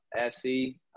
FC